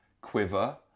quiver